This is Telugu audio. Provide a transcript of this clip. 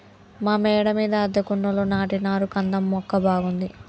మా మేడ మీద అద్దెకున్నోళ్లు నాటినారు కంద మొక్క బాగుంది